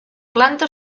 planta